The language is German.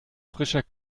frischer